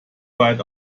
weit